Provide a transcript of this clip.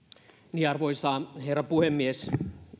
arvoisa herra puhemies